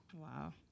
Wow